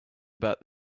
about